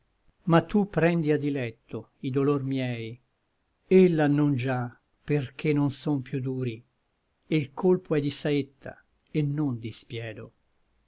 ma tu prendi a diletto i dolor miei ella non già perché non son piú duri e l colpo è di saetta et non di spiedo